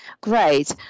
great